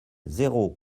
zéro